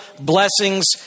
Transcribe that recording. blessings